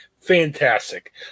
Fantastic